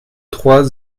trois